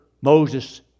Moses